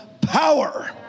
power